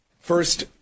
First